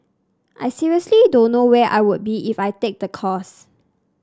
I seriously don't know where I would be if I take the course